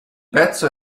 pezzo